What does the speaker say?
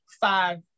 five